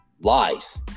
lies